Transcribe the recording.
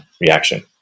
reaction